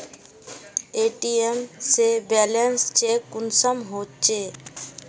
ATM से balance check कुंसम होचे?